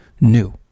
new